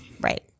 right